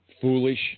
foolish